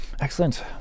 Excellent